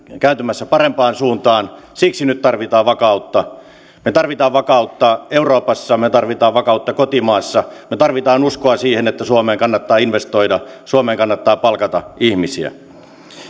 kääntymässä parempaan suuntaan siksi nyt tarvitaan vakautta me tarvitsemme vakautta euroopassa me tarvitsemme vakautta kotimaassa me tarvitsemme uskoa siihen että suomeen kannattaa investoida suomeen kannattaa palkata ihmisiä